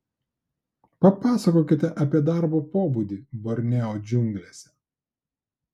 papasakokite apie darbo pobūdį borneo džiunglėse